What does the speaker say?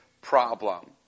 problem